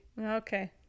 Okay